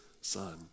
son